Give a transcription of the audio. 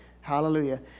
Hallelujah